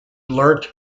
learnt